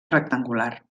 rectangular